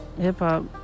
hip-hop